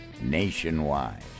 Nationwide